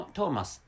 Thomas